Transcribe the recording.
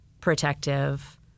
protective